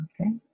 Okay